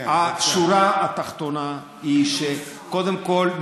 השורה התחתונה היא שקודם כול,